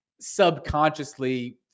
subconsciously